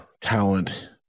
talent